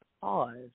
Pause